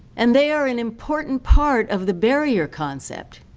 and they are an important part of the barrier concept,